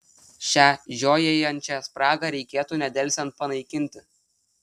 šią žiojėjančią spragą reikėtų nedelsiant panaikinti